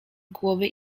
głowy